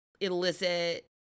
illicit